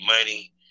money